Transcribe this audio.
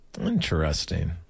Interesting